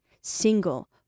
single